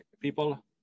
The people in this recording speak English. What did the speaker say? people